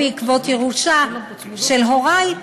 בעקבות ירושה של הורי,